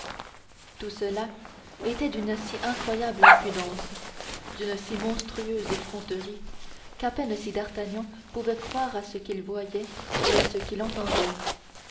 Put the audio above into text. tout cela était d'une si incroyable imprudence d'une si monstrueuse effronterie qu'à peine si d'artagnan pouvait croire à ce qu'il voyait et à ce qu'il entendait